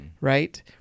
right